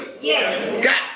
Yes